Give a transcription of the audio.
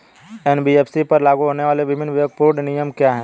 NBFC पर लागू होने वाले विभिन्न विवेकपूर्ण नियम क्या हैं?